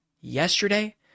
yesterday